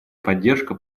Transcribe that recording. поддержка